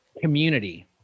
Community